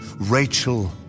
Rachel